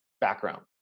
background